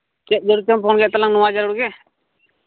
ᱪᱮᱫ ᱡᱳᱨ ᱛᱮᱢ ᱯᱷᱳᱱ ᱠᱮᱫ ᱛᱟᱞᱟᱝᱟ ᱱᱚᱣᱟ ᱡᱟᱹᱨᱩᱲ ᱜᱮ